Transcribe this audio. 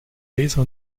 laser